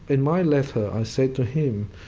in my letter i said to him,